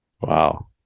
Wow